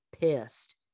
pissed